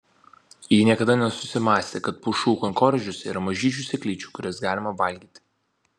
ji niekada nesusimąstė kad pušų kankorėžiuose yra mažyčių sėklyčių kurias galima valgyti